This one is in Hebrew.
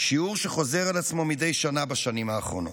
שיעור שחוזר על עצמו מדי שנה בשנים האחרונות.